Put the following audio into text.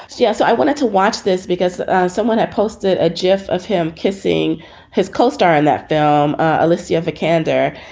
yeah. so i wanted to watch this because someone i posted a gif of him kissing his co-star in that film. alessio vikander,